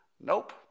Nope